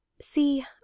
See